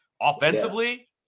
Offensively